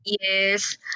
Yes